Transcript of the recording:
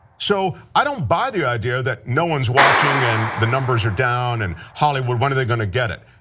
so i don't buy the idea that no one's watching and the numbers are down and hollywood, when are they gonna get it?